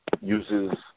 Uses